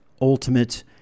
ultimate